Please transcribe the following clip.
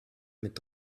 mit